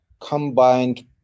combined